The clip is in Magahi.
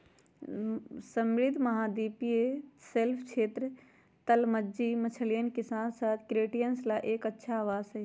समृद्ध महाद्वीपीय शेल्फ क्षेत्र, तलमज्जी मछलियन के साथसाथ क्रस्टेशियंस ला एक अच्छा आवास हई